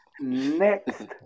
Next